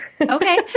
Okay